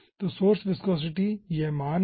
तो source viscosity यह मान है